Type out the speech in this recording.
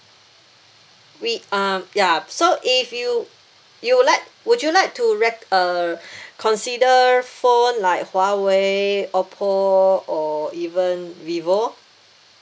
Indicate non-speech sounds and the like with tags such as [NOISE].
with um ya so if you you would like would you like to rec~ uh [BREATH] consider phone like Huawei OPPO or even Vivo